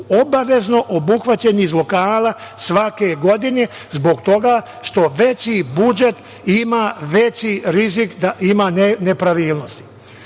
obavezno obuhvaćeni iz lokala svake godine zbog toga što veći budžet ima veći rizik da ima nepravilnosti. Druge